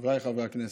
חבריי חברי הכנסת,